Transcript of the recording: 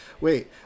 wait